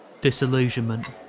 disillusionment